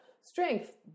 strength